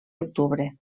octubre